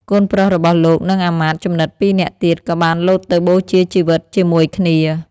កូនប្រុសរបស់លោក និងអាមាត្យជំនិត ២ នាក់ទៀត ក៏បានលោតទៅបូជាជីវិតជាមួយគ្នា។